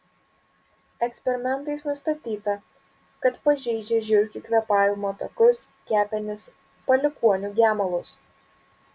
eksperimentais nustatyta kad pažeidžia žiurkių kvėpavimo takus kepenis palikuonių gemalus